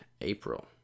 April